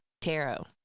tarot